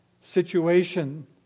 situation